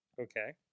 Okay